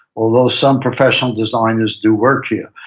although some professional designers do work here.